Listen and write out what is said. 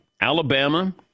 Alabama